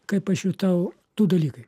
kaip aš jutau du dalykai